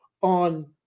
on